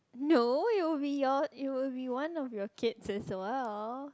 no it will be your it will be one of your kids as well